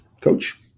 coach